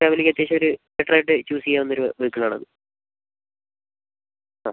ഫാമിലിക്ക് അത്യാവശ്യം ഒരു ബെറ്റർ ആയിട്ട് ചൂസ് ചെയ്യാവുന്നൊരു വെഹിക്കിൾ ആണത് ആ